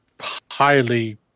highly